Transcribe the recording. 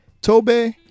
Tobe